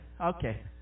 okay